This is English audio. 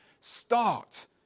start